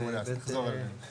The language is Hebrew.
מעולה, מעולה, אז תחזור אליהם.